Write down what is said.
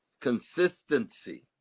consistency